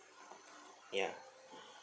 ya